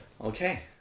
Okay